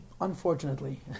unfortunately